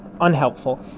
Unhelpful